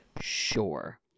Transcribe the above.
sure